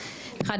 דבר ראשון,